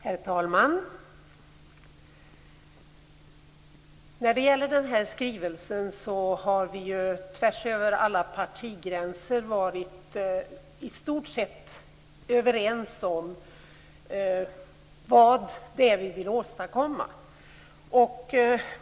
Herr talman! När det gäller den här skrivelsen har vi tvärs över alla partigränser varit i stort sett överens om vad vi vill åstadkomma.